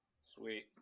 Sweet